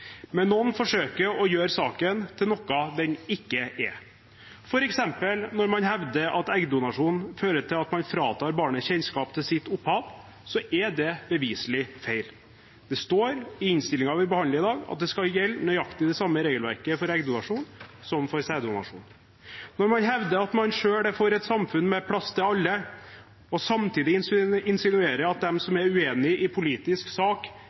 men noen forsøker å gjøre saken til noe den ikke er. Når man f.eks. hevder at eggdonasjon fører til at man fratar barnet kjennskap til sitt opphav, er det beviselig feil. Det står i innstillingen vi behandler i dag, at nøyaktig det samme regelverket skal gjelde for eggdonasjon som for sæddonasjon. Når man hevder at man selv er for et samfunn med plass til alle, og samtidig insinuerer at de som er uenig i politisk sak,